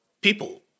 people